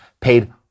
paid